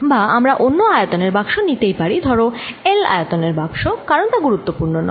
বা আমরা অন্য আয়তন এর বাক্স নিতেই পারি ধরো L আয়তনের বাক্স কারণ তা গুরুত্বপূর্ণ নয়